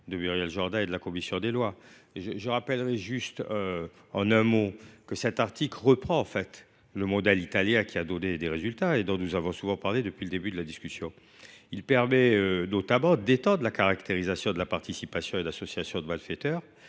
de Muriel Jourda et de la commission des lois. Cet article reprend le modèle italien, qui a donné des résultats et dont nous avons souvent parlé depuis le début de la discussion. Il permet notamment d’étendre la caractérisation de la participation à l’association de malfaiteurs